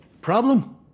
Problem